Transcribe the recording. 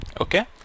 Okay